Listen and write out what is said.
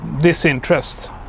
disinterest